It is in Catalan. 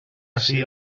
ací